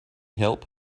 help